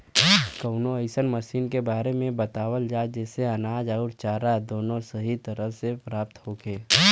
कवनो अइसन मशीन के बारे में बतावल जा जेसे अनाज अउर चारा दोनों सही तरह से प्राप्त होखे?